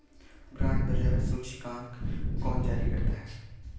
Bond बाजार सूचकांक कौन जारी करता है?